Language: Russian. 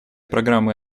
программы